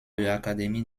l’académie